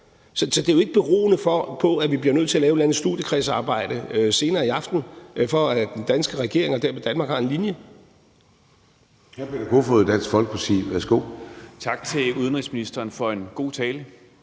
Så det er jo ikke beroende på, at vi bliver nødt til at lave et eller andet studiekredsarbejde senere i aften, for at den danske regering og dermed Danmark har en linje.